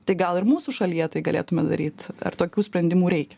tai gal ir mūsų šalyje tai galėtume daryt ar tokių sprendimų reikia